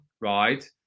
right